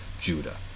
Judah